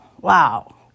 wow